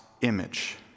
image